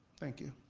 thank you.